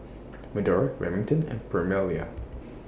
Medora Remington and Permelia